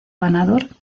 ganador